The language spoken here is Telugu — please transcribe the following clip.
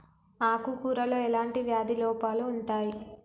ఆకు కూరలో ఎలాంటి వ్యాధి లోపాలు ఉంటాయి?